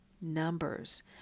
numbers